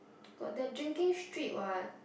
got that drinking street what